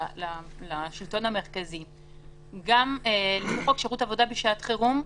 למשל בחוק שירות עבודה בשעת חירום,